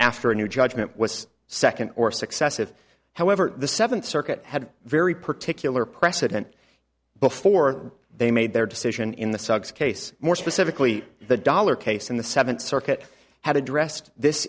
after a new judgment was second or successive however the seventh circuit had a very particular precedent before they made their decision in the sox case more specifically the dollar case in the seventh circuit had addressed this